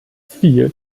viel